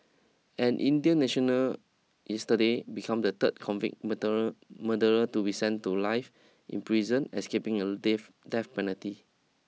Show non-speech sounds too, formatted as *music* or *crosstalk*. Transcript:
an Indian national yesterday become the third convicted *unintelligible* murderer to be send to life in prison escaping a death death penalty